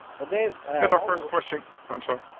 well dave. and the first question i'm sorry.